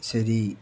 ശരി